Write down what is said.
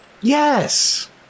yes